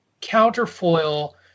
counterfoil